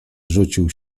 rzucił